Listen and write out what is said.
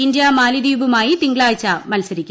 India മാലദ്വീപുമായി തിങ്കളാഴ്ച മത്സരിക്കും